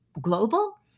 global